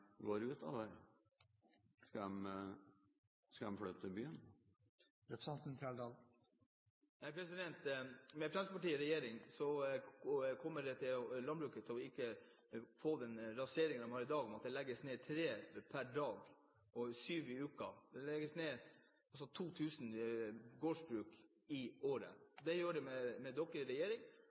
går ut over? Skal de flytte til byen? Med Fremskrittspartiet i regjering kommer ikke landbruket til å bli rasert som i dag og måtte legge ned tre gårdsbruk per dag sju dager i uken. Det legges ned 2 000 gårdsbruk i året. Det gjøres med dere i regjering,